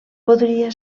podria